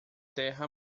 terra